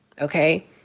Okay